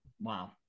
Wow